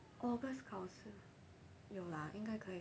august 考试没有啦应该不会